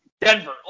Denver